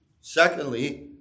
Secondly